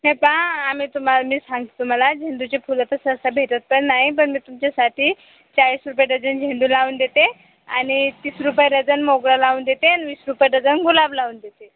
हे पहा आम्ही तुम्हाला मी सांगते तुम्हाला झेंडूचे फुलं तर सहसा भेटत पण नाही पण मी तुमच्यासाठी चाळीस रुपये डझन झेंडू लावून देते आणि तीस रुपये डझन मोगरा लावून देते आणि वीस रुपये डझन गुलाब लावून देते